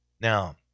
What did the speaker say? Now